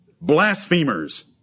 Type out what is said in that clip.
blasphemers